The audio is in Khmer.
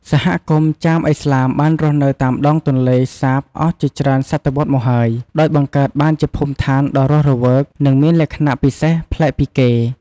សហគមន៍ចាមឥស្លាមបានរស់នៅតាមដងទន្លេសាបអស់ជាច្រើនសតវត្សរ៍មកហើយ ដោយបង្កើតបានជាភូមិឋានដ៏រស់រវើក និងមានលក្ខណៈពិសេសប្លែកពីគេ។